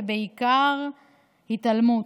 ובעיקר התעלמות,